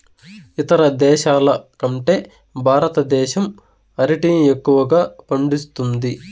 ఇతర దేశాల కంటే భారతదేశం అరటిని ఎక్కువగా పండిస్తుంది